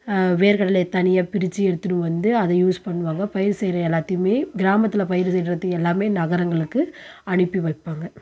வேர்கடலையை தனியாக பிரித்து எடுத்துகினு வந்து அதை யூஸ் பண்ணுவாங்க பயிர் செய்கிற எல்லாத்தையுமே கிராமத்தில் பயிர் செய்கிறது எல்லாமே நகரங்களுக்கு அனுப்பி வைப்பாங்க